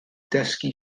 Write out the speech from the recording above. dysgu